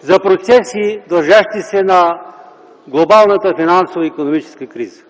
за процеси, дължащи се на глобалната финансова и икономическа криза.